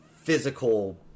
physical